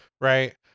right